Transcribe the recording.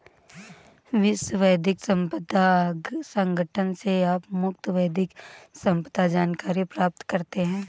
विश्व बौद्धिक संपदा संगठन से आप मुफ्त बौद्धिक संपदा जानकारी प्राप्त करते हैं